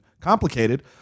complicated